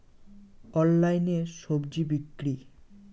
অনলাইনে স্বজি বিক্রি?